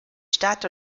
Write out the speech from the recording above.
stadt